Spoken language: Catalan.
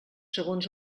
segons